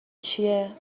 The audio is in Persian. چیه